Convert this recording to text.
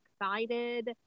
excited